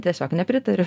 tiesiog nepritariu